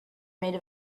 made